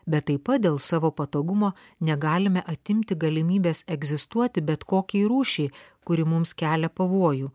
bet taip pat dėl savo patogumo negalime atimti galimybės egzistuoti bet kokį rūšį kuri mums kelia pavojų